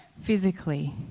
physically